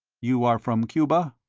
you are from cuba?